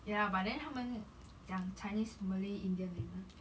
ya but then 他们讲 chinese malay indian 而已吗